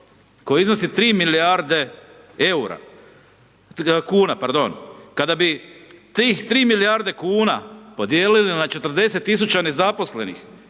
koji iznosi 3 milijarde eura, kuna, pardon. Kada bi tih 3 milijarde kuna podijelili na 40 000 nezaposlenih,